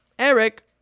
Eric